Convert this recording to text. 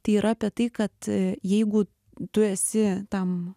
tai yra apie tai kad jeigu tu esi tam